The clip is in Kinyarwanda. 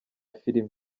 filime